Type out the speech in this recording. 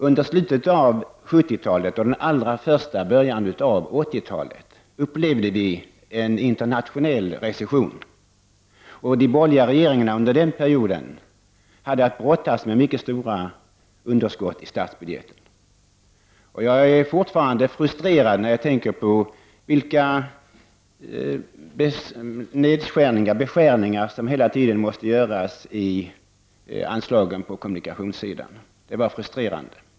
Under slutet av 70-talet och under den allra första början av 80-talet upplevde vi en internationell recession. De borgerliga regeringarna under den perioden hade att brottas med mycket stora underskott i statsbudgeten. Jag blir fortfarande frustrerad när jag tänker på vilka nedskärningar som hela tiden måste göras i anslagen till kommunikationer.